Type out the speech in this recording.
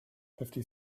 fifty